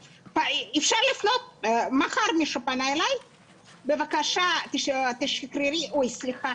אפשר לפנות - אם מחר מישהו יפנה אלי לשחרר איש צוות,